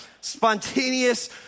Spontaneous